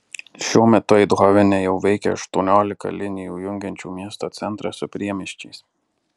šiuo metu eindhovene jau veikia aštuoniolika linijų jungiančių miesto centrą su priemiesčiais